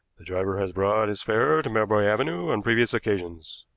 the driver has brought his fare to melbury avenue on previous occasions.